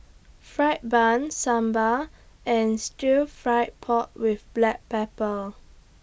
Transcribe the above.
Fried Bun Sambal and Stir Fry Pork with Black Pepper